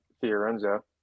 fiorenzo